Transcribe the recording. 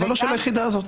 אבל לא של היחידה הזאת.